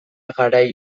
garai